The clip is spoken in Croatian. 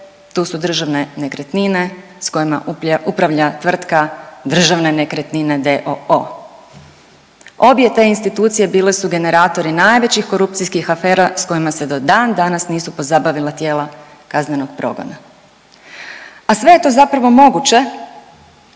tu su državne nekretnine s kojima upravlja tvrtka Državne nekretnine d.o.o.. Obje te institucije bile su generatori najvećih korupcijskih afera s kojima se do dan danas nisu pozabavila tijela kaznenog progona. A sve je to zapravo moguće